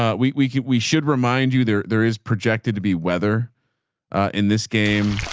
ah we, we can, we should remind you there. there is projected to be weather in this game.